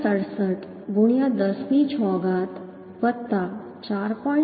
67 ગુણ્યા 10 ની 6 ઘાત 4